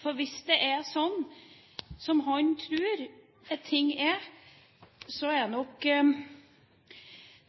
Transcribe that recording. For hvis det er sånn som han tror at ting er,